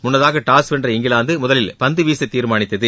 முன்னதாக டாஸ் வென்ற இங்கிலாந்து முதலில் பந்துவீச தீர்மானித்தது